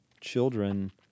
children